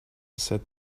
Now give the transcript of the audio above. said